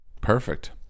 perfect